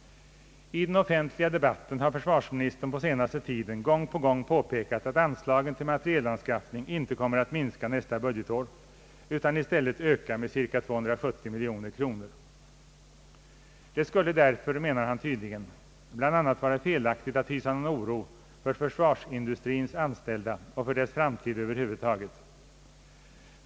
I den offentliga debatten har försvarsministern på senaste tiden gång på gång påpekat, att anslagen till materielanskaffning inte kommer att minska nästa budgetår utan i stället att öka med cirka 270 miljoner kronor. Det skulle därför, menar han tydligen, bl.a. vara felaktigt att hysa någon oro för försvarsindustrins anställda och för dess framtid över huvud taget.